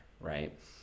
right